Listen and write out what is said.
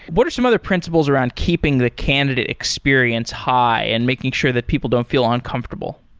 what are some other principles around keeping the candidate experience high and making sure that people don't feel uncomfortable?